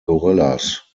gorillas